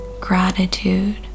gratitude